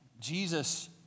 Jesus